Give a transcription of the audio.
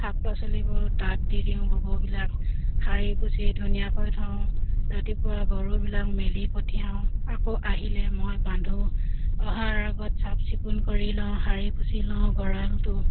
শাক পাচলি কৰোঁ তাঁত দি দিওঁ গোবিলাক সাৰি পুচি ধুনীয়াকৈ থওঁ ৰাতিপুৱা গৰুবিলাক মেলি পঠিয়াওঁ আকৌ আহিলে মই বান্ধো অহাৰ আগত চাফ চিকুণ কৰি লওঁ সাৰি পুচি লওঁ গঁৰালটো